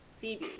Phoebe